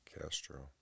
Castro